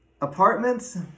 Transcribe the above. Apartments